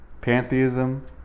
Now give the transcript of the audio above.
Pantheism